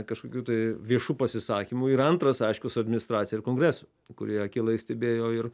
kažkokių tai viešų pasisakymų ir antras aišku su administracija ir kongresu kurie akylai stebėjo ir